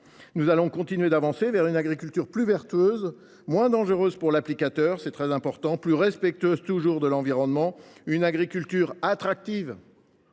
nous allons continuer d’avancer vers une agriculture plus vertueuse, moins dangereuse pour l’applicateur – c’est très important – et toujours plus respectueuse de l’environnement : une agriculture attractive